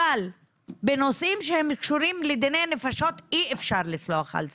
אבל בנושאים שקשורים בדיני נפשות אי אפשר לסלוח על זה.